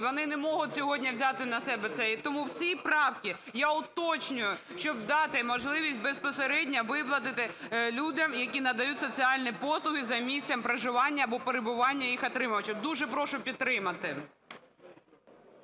вони не можуть сьогодні взяти на себе це. Тому в цій праці я уточнюю, щоб дати можливість безпосередньо виплатити людям, які надають соціальні послуги за місцем проживання або перебування їх отримувачів. Дуже прошу підтримати.